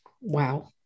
Wow